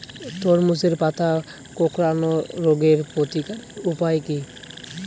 তরমুজের পাতা কোঁকড়ানো রোগের প্রতিকারের উপায় কী?